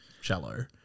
shallow